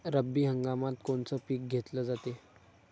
रब्बी हंगामात कोनचं पिक घेतलं जाते?